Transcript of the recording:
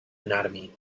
anatomy